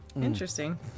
Interesting